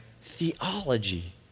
theology